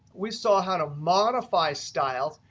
we saw how to modify styles.